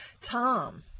Tom